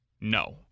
No